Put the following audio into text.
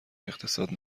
اقتصاد